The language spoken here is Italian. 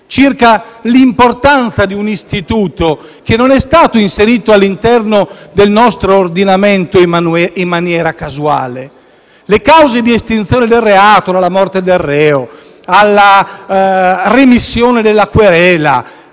l'importanza di un istituto che non è stato inserito all'interno del nostro ordinamento in maniera casuale. Le cause di estinzione del reato, dalla morte del reo alla remissione della querela